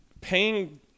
paying